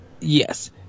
Yes